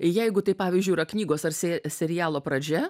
jeigu tai pavyzdžiui yra knygos ar sė serialo pradžia